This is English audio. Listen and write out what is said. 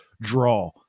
draw